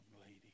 lady